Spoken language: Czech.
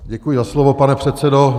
Děkuji za slovo, pane předsedo.